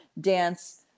dance